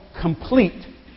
complete